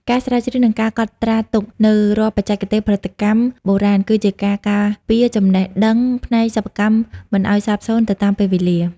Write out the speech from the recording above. ការស្រាវជ្រាវ និងការកត់ត្រាទុកនូវរាល់បច្ចេកទេសផលិតកម្មបុរាណ គឺជាការការពារចំណេះដឹងផ្នែកសិប្បកម្មមិនឱ្យសាបសូន្យទៅតាមពេលវេលា។